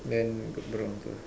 then got brown also ah